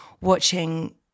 watching